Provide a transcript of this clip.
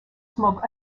smoke